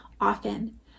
often